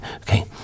Okay